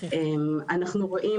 אני חושבת